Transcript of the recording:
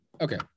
Okay